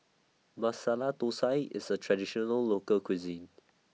Masala Thosai IS A Traditional Local Cuisine